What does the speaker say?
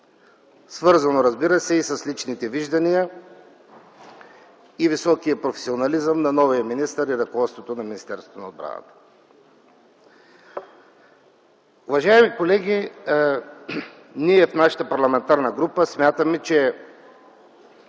свързано с личните виждания и високия професионализъм на новия министър и ръководството на Министерството на отбраната. Уважаеми колеги, ние в нашата парламентарна група смятаме, че